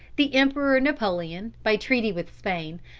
the emperor napoleon, by treaty with spain,